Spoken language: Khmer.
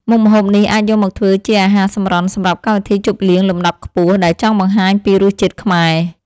មុខម្ហូបនេះអាចយកមកធ្វើជាអាហារសម្រន់សម្រាប់កម្មវិធីជប់លៀងលំដាប់ខ្ពស់ដែលចង់បង្ហាញពីរសជាតិខ្មែរ។